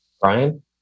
Brian